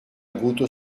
avuto